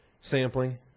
sampling